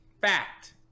fact